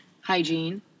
hygiene